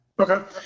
Okay